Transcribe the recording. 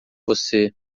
você